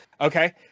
okay